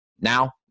Now